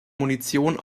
munition